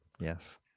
Yes